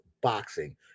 boxing